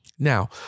Now